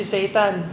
Satan